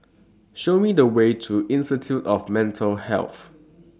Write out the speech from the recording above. Show Me The Way to Institute of Mental Health